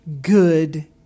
good